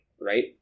right